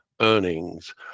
earnings